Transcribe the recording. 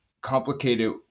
complicated